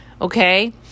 Okay